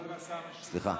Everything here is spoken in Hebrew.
סליחה,